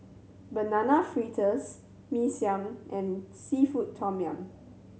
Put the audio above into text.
Banana Fritters Mee Siam and seafood tom yum